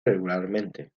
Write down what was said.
regularmente